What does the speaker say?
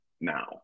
now